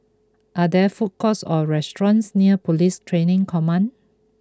are there food courts or restaurants near Police Training Command